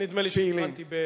היה נדמה לי שהבטתי בפניו,